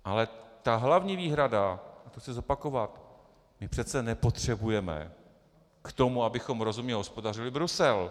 Ale ta hlavní výhrada, a to chci zopakovat my přece nepotřebujeme k tomu, abychom rozumně hospodařili, Brusel.